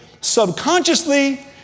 subconsciously